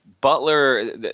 butler